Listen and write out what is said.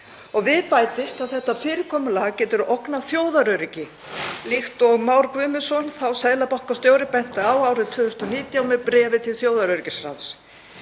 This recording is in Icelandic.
og við bætist að þetta fyrirkomulag getur ógnað þjóðaröryggi líkt og Már Guðmundsson, þá seðlabankastjóri, benti á árið 2019 með bréfi til þjóðaröryggisráðs.